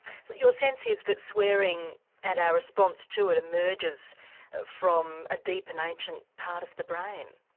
your sense is that swearing and our response to it emerges from a deep and ancient part of the brain.